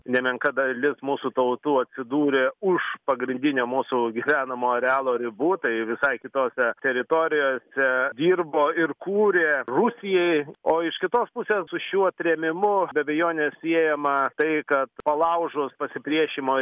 nemenka dalis mūsų tautų atsidūrė už pagrindinio mūsų gyvenamo arealo ribų tai visai kitose teritorijose dirbo ir kūrė rusijai o iš kitos pusės su šiuo trėmimu be abejonės siejama tai kad palaužus pasipriešinimo